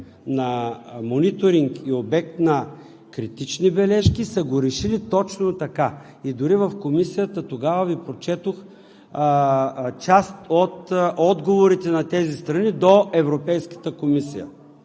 на мониторинг и обект на критични бележки, са го решили точно така. Дори в Комисията тогава Ви прочетох част от отговорите на тези страни до Европейската комисия: